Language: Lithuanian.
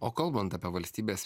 o kalbant apie valstybės